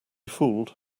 fooled